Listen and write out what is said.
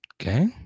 Okay